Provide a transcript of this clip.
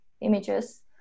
images